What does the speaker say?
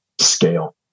Scale